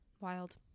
Wild